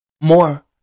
more